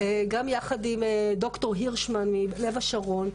גם יחד עם ד"ר הירשמן מלב השרון.